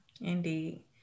Indeed